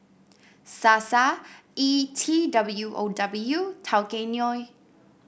Sasa E T W O W Tao Kae Noi